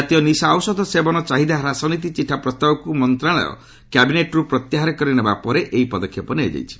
ଜାତୀୟ ନିଶା ଔଷଧ ସେବନ ଚାହିଦା ହ୍ରାସ ନୀତି ଚିଠା ପ୍ରସ୍ତାବକୁ ମନ୍ତ୍ରଣାଳୟ କ୍ୟାବିନେଟ୍ରୁ ପ୍ରତ୍ୟାହାର କରି ନେବା ପରେ ଏହି ପଦକ୍ଷେପ ନିଆଯାଇଛି